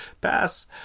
pass